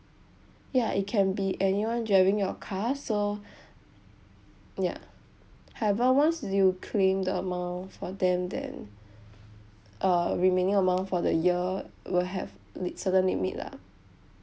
ya it can be anyone driving your car so ya however once you claim the amount for them then uh remaining amount for the year will have li~ certain limit lah